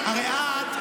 הרי את,